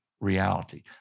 reality